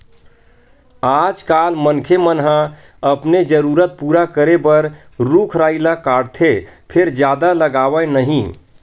आजकाल मनखे मन ह अपने जरूरत पूरा करे बर रूख राई ल काटथे फेर जादा लगावय नहि